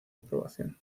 aprobación